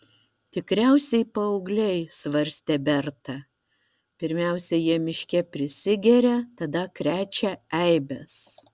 tikriausiai paaugliai svarstė berta pirmiausia jie miške prisigeria tada krečia eibes